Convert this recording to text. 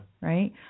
Right